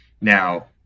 Now